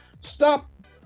Stop